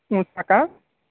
ऊषा का